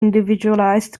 individualized